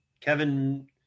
Kevin